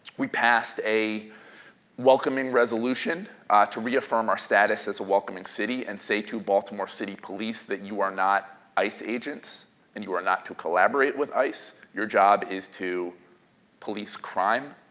we passed a welcoming resolution to reaffirm our status as a welcoming city and say to baltimore city police that you are not ice agents and you are not to collaborate with ice. your job is to police crime,